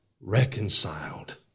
reconciled